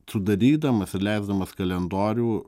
sudarydamas ir leisdamas kalendorių